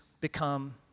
become